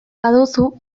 baduzu